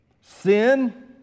sin